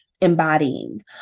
embodying